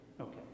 Okay